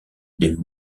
des